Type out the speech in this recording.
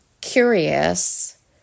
curious